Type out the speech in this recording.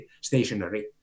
stationary